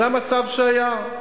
זה המצב שהיה.